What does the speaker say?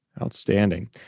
Outstanding